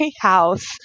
house